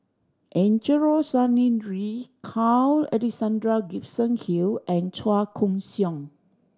Angelo Sanelli Carl Alexander Gibson Hill and Chua Koon Siong